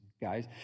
guys